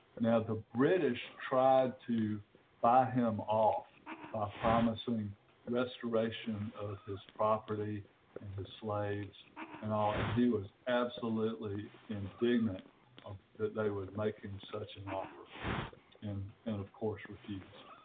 now the british tried to buy him off by promising restoration of his property and his slaves and all and he was absolutely indignant that they would make him such an offer and and of course refused